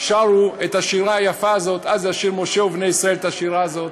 שרו את השירה היפה הזאת: "אז ישיר משה ובני ישראל את השירה הזאת".